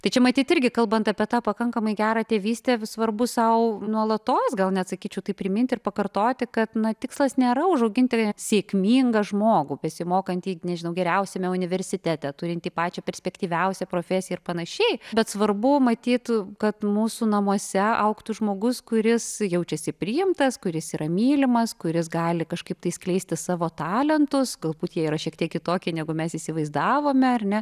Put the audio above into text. tai čia matyt irgi kalbant apie tą pakankamai gerą tėvystę svarbu sau nuolatos gal net sakyčiau tai priminti ir pakartoti kad tikslas nėra užauginti sėkmingą žmogų besimokantį nežinau geriausiame universitete turintį pačią perspektyviausią profesiją ir panašiai bet svarbu matyt kad mūsų namuose augtų žmogus kuris jaučiasi priimtas kuris yra mylimas kuris gali kažkaip tai skleisti savo talentus galbūt jie yra šiek tiek kitokie negu mes įsivaizdavome ar ne